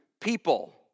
people